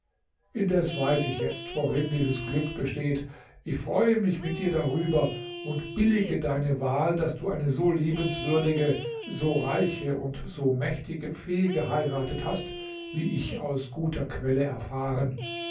indes weiß ich jetzt worin dieses glück besteht ich freue mich mit dir darüber und billige deine wahl daß du eine so liebenswürdige so reiche und so mächtige fee geheiratet hast wie ich aus guter quelle erfahren